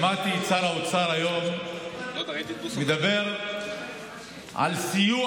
שמעתי את שר האוצר מדבר היום על סיוע